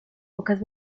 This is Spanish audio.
pocas